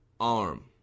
arm